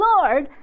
Lord